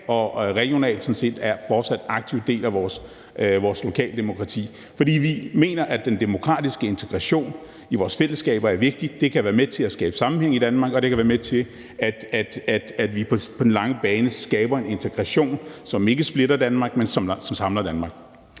og regionalt fortsat er en aktiv del af vores lokaldemokrati. For vi mener, at den demokratiske integration i vores fællesskaber er vigtig. Det kan være med til at skabe en sammenhæng i Danmark, og det kan være med til, at vi på den lange bane skaber en integration, som ikke splitter Danmark, men som samler Danmark.